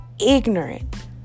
ignorant